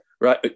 right